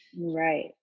Right